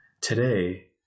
Today